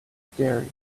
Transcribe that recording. scary